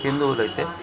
హిందువులైతే